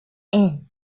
end